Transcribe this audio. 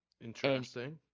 Interesting